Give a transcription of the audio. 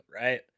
right